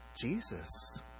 Jesus